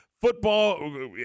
football